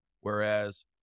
whereas